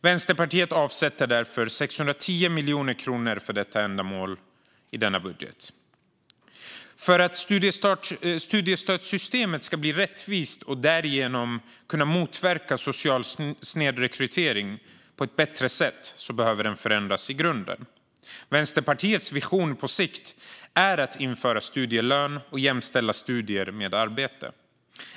Vänsterpartiet avsätter 610 miljoner kronor för detta ändamål i sin budget. För att studiestödssystemet ska bli rättvist och därigenom kunna motverka social snedrekrytering på ett bättre sätt behöver det förändras i grunden. Vänsterpartiets vision är att införa studielön och jämställa studier med arbete.